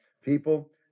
people